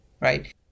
Right